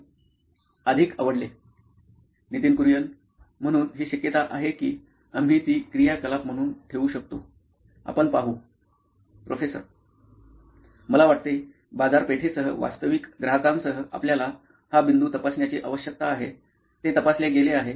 Nitin Kurian COO nine electronics म्हणून ही शक्यता आहे की आम्ही ती क्रियाकलाप म्हणून ठेवू शकतो आपण पाहू प्रोफेसर मला वाटते बाजारपेठेसह वास्तविक ग्राहकांसह आपल्याला हा बिंदू तपासण्याची आवश्यकता आहे ते तपासले गेले आहे